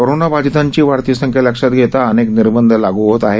कोरोनाबाधितांची वाढती संख्या लक्षात घेता अनेक निर्बंध लागू होत आहेत